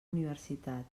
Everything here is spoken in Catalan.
universitat